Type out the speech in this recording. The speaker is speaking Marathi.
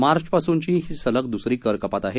मार्चपासूनची ही सलग द्सरी दर कपात आहे